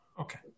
okay